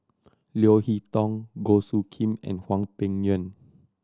Leo Hee Tong Goh Soo Khim and Hwang Peng Yuan